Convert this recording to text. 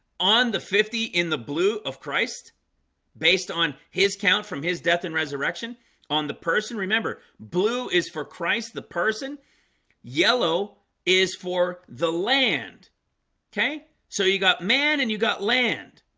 on the fifty in the blue of christ based on his count from his death and resurrection on the person remember blue is for christ the person yellow is for the land okay, so you got man and you got land?